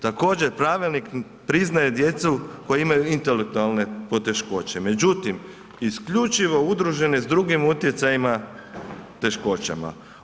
Također pravilnik priznaje djecu koja imaju intelektualne poteškoće, međutim, isključivo udružene s drugim utjecajima teškoćama.